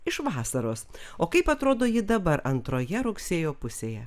iš vasaros o kaip atrodo ji dabar antroje rugsėjo pusėje